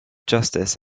justice